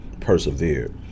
persevered